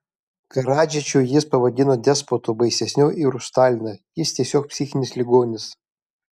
karadžičių jis pavadino despotu baisesniu ir už staliną jis tiesiog psichinis ligonis